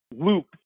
loop